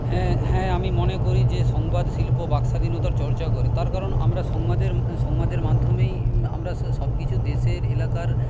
হ্যাঁ হ্যাঁ আমি মনে করি যে সংবাদ শিল্প বাকস্বাধীনতার চর্চা করে তার কারণ আমরা সংবাদের সংবাদের মাধ্যমেই আমরা সবকিছু দেশের এলাকার